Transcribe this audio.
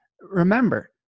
remember